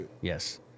Yes